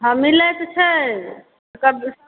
हँ मिलय तऽ छै